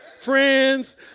Friends